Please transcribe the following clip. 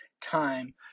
time